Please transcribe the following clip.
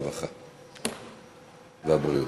הרווחה והבריאות.